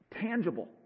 tangible